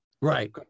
Right